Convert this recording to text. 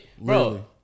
bro